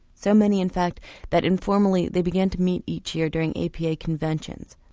so many in fact that informally they began to meet each year during apa conventions.